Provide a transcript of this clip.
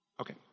Okay